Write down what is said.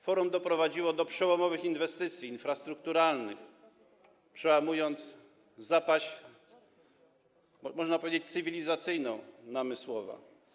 Forum doprowadziło do przełomowych inwestycji infrastrukturalnych, przełamując zapaść, można powiedzieć, cywilizacyjną Namysłowa.